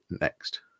next